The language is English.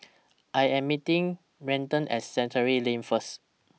I Am meeting Raiden At Chancery Lane First